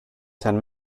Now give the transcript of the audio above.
ten